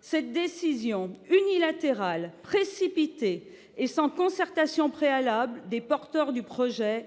Cette décision unilatérale, précipitée et prise sans concertation préalable avec les promoteurs du projet